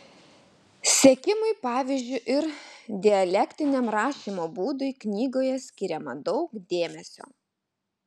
sekimui pavyzdžiu ir dialektiniam rašymo būdui knygoje skiriama daug dėmesio